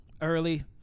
early